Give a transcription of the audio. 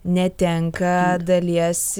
netenka dalies